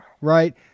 Right